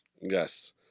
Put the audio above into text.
Yes